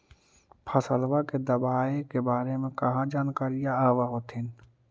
फसलबा के दबायें के बारे मे कहा जानकारीया आब होतीन?